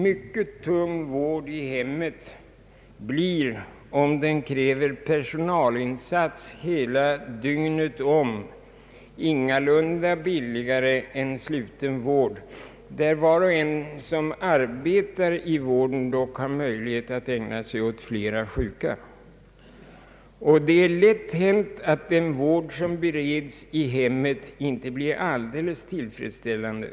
Mycket tung vård i hemmet blir, om den kräver personalinsats hela dygnet, ingalunda billigare än sluten vård där var och en som arbetar i vården har möjlighet att ägna sig åt flera sjuka. Det är också lätt hänt att den vård som beredes i hemmet inte blir alldeles tillfredsställande.